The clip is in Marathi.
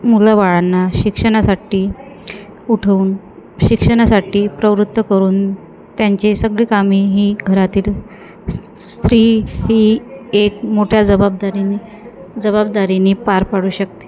मुलाबाळांना शिक्षणासाठी उठवून शिक्षणासाठी प्रवृत्त करून त्यांचे सगळे कामे ही घरातील स्त्री ही एक मोठ्या जबाबदारीने जबाबदारीने पार पाडू शकते